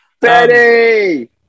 Betty